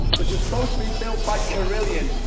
which is supposed to be built by corillion,